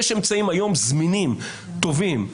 יש היום אמצעים זמינים, טובים,